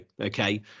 okay